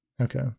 Okay